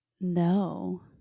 No